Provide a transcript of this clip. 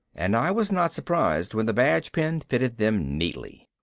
and i was not surprised when the badge pin fitted them neatly.